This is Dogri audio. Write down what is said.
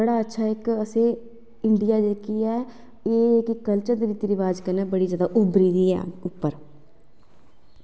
बड़ा अच्छा असें इक्क इंडियां जेह्की ऐ एह् जेह्की कल्चर ते रीति रवाज़ कन्नै बड़ी उभरी दी ऐ उप्पर